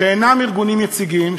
שאינם ארגונים יציגים,